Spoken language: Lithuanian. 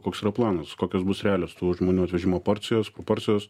koks yra planas kokios bus realios tų žmonių atvežimo porcijos proporcijos